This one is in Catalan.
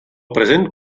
present